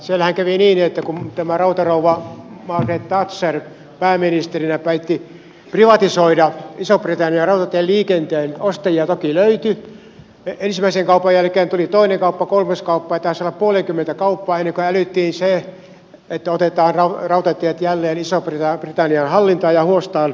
siellähän kävi niin että kun tämä rautarouva margaret thatcher pääministerinä päätti privatisoida iso britannian rautatieliikenteen ostajia toki löytyi ensimmäisen kaupan jälkeen tuli toinen kauppa kolmas kauppa ja taisi olla puolenkymmentä kauppaa ennen kuin älyttiin se että otetaan rautatiet jälleen iso britannian hallintaan ja huostaan